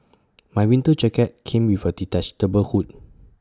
my winter jacket came with A detachable hood